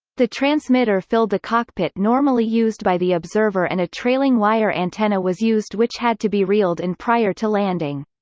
the transmitter filled the cockpit normally used by the observer and a trailing wire antenna was used which had to be reeled in prior to landing.